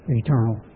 eternal